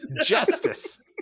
justice